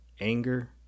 anger